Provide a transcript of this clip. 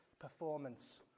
performance